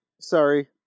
sorry